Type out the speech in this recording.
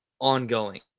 ongoing